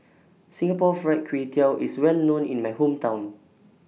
Singapore Fried Kway Tiao IS Well known in My Hometown